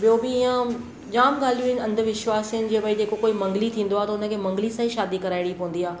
ॿियों बि ईअं जामु ॻाल्हियूं आहिनि अंधविश्वासनि जी भई जेको कोई मंगली थींदो आहे त उन खे मंगली सां ई शादी कराइणी पवंदी आहे